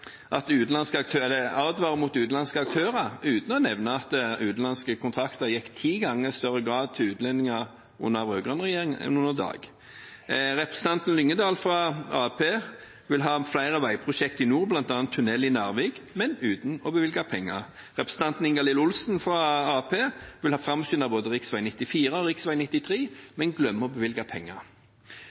advarer mot utenlandske aktører, uten å nevne at kontrakter gikk ti ganger oftere til utlendinger under den rød-grønne regjeringen enn i dag. Representanten Lyngedal fra Arbeiderpartiet vil ha flere veiprosjekt i nord, bl.a. tunell i Narvik, men uten å bevilge penger. Representanten Ingalill Olsen fra Arbeiderpartiet vil ha framskyndet både rv. 94 og rv. 93, men glemmer å bevilge penger.